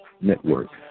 Network